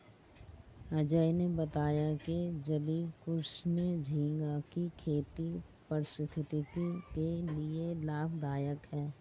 अजय ने बताया कि जलीय कृषि में झींगा की खेती पारिस्थितिकी के लिए लाभदायक है